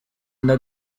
nta